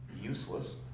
Useless